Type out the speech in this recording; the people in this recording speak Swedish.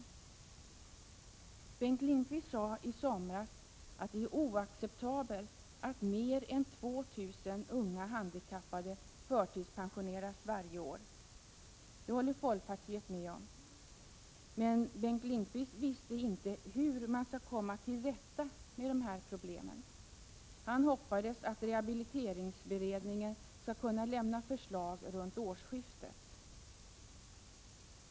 Bengt Lindqvist sade i somras att det är oacceptabelt att mer än 2 000 unga handikappade förtidspensioneras varje år. Det håller folkpartiet med om. Men Bengt Lindqvist visste inte hur man skall komma till rätta med dessa problem. Han hoppades att rehabiliteringsberedningen skall kunna lämna förslag runt årsskiftet.